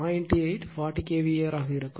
8 40 kVAr ஆக இருக்கும்